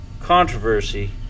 controversy